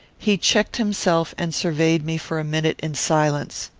he checked himself and surveyed me for a minute in silence.